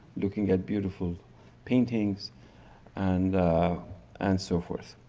looking at beautiful paintings and and so forth.